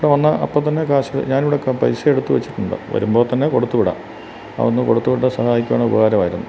ഇവിടെ വന്ന് അപ്പോള്ത്തന്നെ കാശ് ഞാനിവിടക്ക പൈസയെടുത്ത് വെച്ചിട്ടുണ്ട് വരുമ്പോള്ത്തന്നെ കൊടുത്തുവിടാം അതൊന്ന് കൊടുത്തുവിട്ടുസഹായിക്കുവാണെങ്കില് ഉപകാരമായിരുന്നു